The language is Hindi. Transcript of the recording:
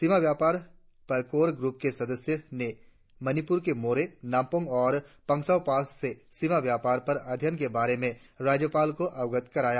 सीमा व्यापार पर कोर ग्रूप के सदस्यों ने मणिपुर के मोरे नाम्पोंग और पोंग्सू पास से सीमा व्यापार पर अध्ययन के बारे में राज्यपाल को अवगत कराया